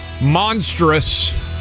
Monstrous